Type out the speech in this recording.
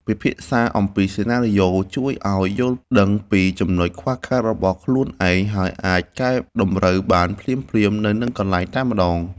ពិភាក្សាអំពីសេណារីយ៉ូជួយឱ្យយល់ដឹងពីចំណុចខ្វះខាតរបស់ខ្លួនឯង ហើយ អាចកែតម្រូវបានភ្លាមៗនៅនឹងកន្លែងតែម្តង។